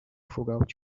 throughout